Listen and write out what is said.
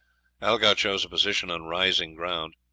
algar chose a position on rising ground.